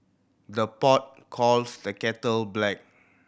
the pot calls the kettle black